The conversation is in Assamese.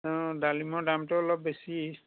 ডালিমৰ দামটো অলপ বেছি